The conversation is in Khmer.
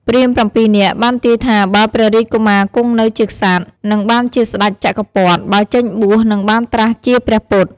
ព្រាហ្មណ៍ ៧ នាក់ បានទាយថាបើព្រះរាជកុមារគង់នៅជាក្សត្រ នឹងបានជាស្តេចចក្រពត្តិ បើចេញបួសនឹងបានត្រាស់ជាព្រះពុទ្ធ។